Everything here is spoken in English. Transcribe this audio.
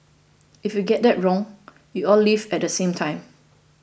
if you get that wrong they all leave at the same time